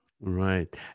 Right